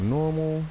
normal